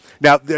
Now